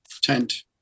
tent